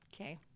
Okay